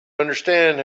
understand